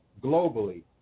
globally